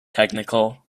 technical